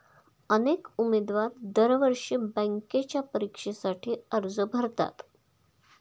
अनेक उमेदवार दरवर्षी बँकेच्या परीक्षेसाठी अर्ज भरतात